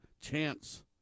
chance